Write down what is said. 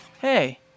hey